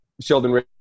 Sheldon